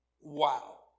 Wow